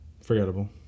Forgettable